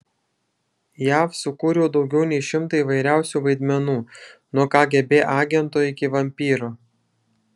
jav sukūriau daugiau nei šimtą įvairiausių vaidmenų nuo kgb agento iki vampyro